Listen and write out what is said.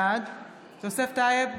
בעד יוסף טייב,